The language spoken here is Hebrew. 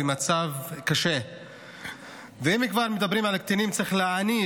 אנחנו רוצים התעללות בילדים?